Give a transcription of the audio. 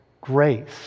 grace